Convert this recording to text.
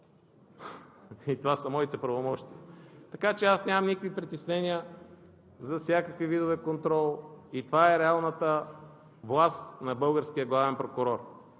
и това са моите правомощия. Така че аз нямам никакви притеснения за всякакви видове контрол и това е реалната власт на българския главен прокурор.